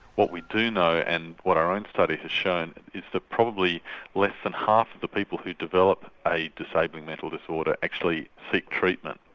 what we do know, and what our own study has shown, is that probably less than half of the people who develop a disabling mental disorder actually seek treatment.